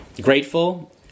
grateful